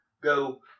Go